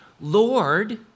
Lord